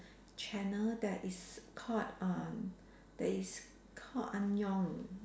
channel that is called um that is called annyeong